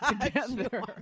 together